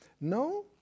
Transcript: No